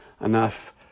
enough